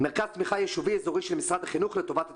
מרכז תמיכה יישובי אזורי של משרד החינוך לטובת הטיפולים.